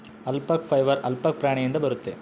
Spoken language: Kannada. ಅಲ್ಪಕ ಫೈಬರ್ ಆಲ್ಪಕ ಪ್ರಾಣಿಯಿಂದ ಬರುತ್ತೆ